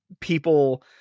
people